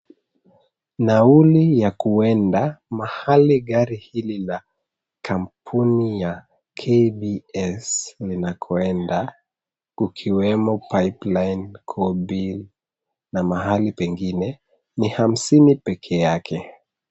Nauli ya kuenda mahali gari hili la kampuni ya KBS linakoenda ukiwemo Pipeline, Kobil, na mahali pengine ni hamsini peke yake.